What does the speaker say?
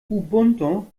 ubuntu